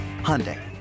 Hyundai